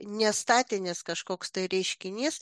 nestatinis kažkoks tai reiškinys